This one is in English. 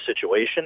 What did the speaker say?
situation